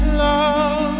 love